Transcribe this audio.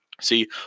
See